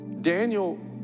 Daniel